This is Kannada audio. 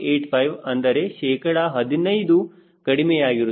85 ಅಂದರೆ ಶೇಕಡ 15 ಕಡಿಮೆಯಾಗಿರುತ್ತದೆ